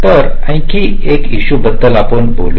तर आणखी एक ईशू बद्दल आपण बोलूया